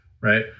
Right